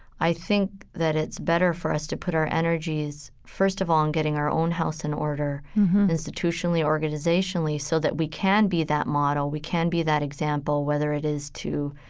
i think that it's better for us to put our energies, first of all, in getting our own house in order institutionally, organizationally so that we can be that model. we can be that example whether it is to,